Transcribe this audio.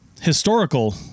historical